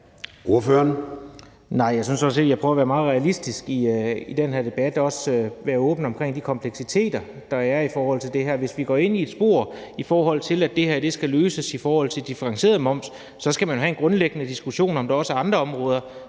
jeg prøver at være meget realistisk i den her debat og også være åben omkring de kompleksiteter, der er i det her. Hvis vi går ind på et spor og siger, at det her skal løses med differentieret moms, så skal man jo have en grundlæggende diskussion om, hvorvidt der også er andre områder,